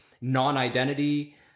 non-identity